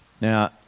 Now